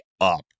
up